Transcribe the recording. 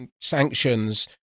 sanctions